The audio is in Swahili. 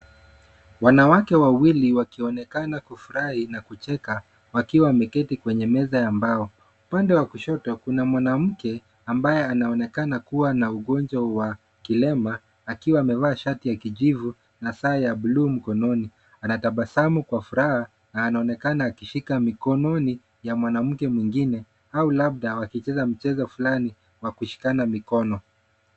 Wanawake wawili wakionekana kufurahi na kucheka wakiwa wameketi kwenye meza ya mbao. Upande wa kushoto kuna mwanamke ambaye anaonekana kuwa na ugonjwa wa kilema akiwa amevaa shati ya kijivu na saa ya bluu mkononi. Anatabasamu kwa furaha na anaonekana akishika mikononi ya mwanamke mwingine au labda wakicheza mchezo fulani wa kushikana mikono.